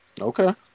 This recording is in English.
Okay